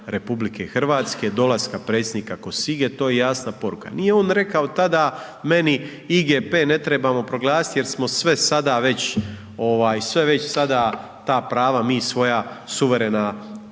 priznanja RH, dolaska predsjednika Cossige, to je jasna poruka. Nije on rekao tada meni IGP ne trebamo proglasiti jer smo sve sada već, sve već sada ta prava mi svoja suverena koristimo